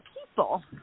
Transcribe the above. people